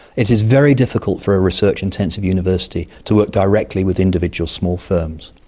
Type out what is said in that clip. it is very difficult for a research-intensive university to work directly with individual small firms,